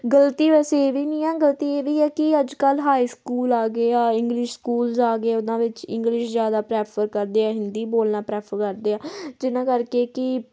ਗਲਤੀ ਵੈਸੇ ਇਹ ਵੀ ਨਹੀਂ ਆ ਗਲਤੀ ਇਹ ਵੀ ਹੈ ਕਿ ਅੱਜ ਕੱਲ੍ਹ ਹਾਈ ਸਕੂਲ ਆ ਗਏ ਆ ਇੰਗਲਿਸ਼ ਸਕੂਲਸ ਆ ਗਏ ਉਹਨਾਂ ਵਿੱਚ ਇੰਗਲਿਸ਼ ਜ਼ਿਆਦਾ ਪ੍ਰੈਫਰ ਕਰਦੇ ਆ ਹਿੰਦੀ ਬੋਲਣਾ ਪ੍ਰੈਫਰ ਕਰਦੇ ਆ ਜਿਹਨਾਂ ਕਰਕੇ ਕਿ